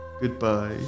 Goodbye